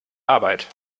arbeit